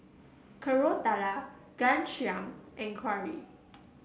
Koratala Ghanshyam and Gauri